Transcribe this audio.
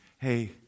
hey